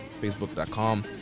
Facebook.com